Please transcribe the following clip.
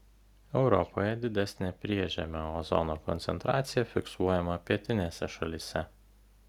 europoje didesnė priežemio ozono koncentracija fiksuojama pietinėse šalyse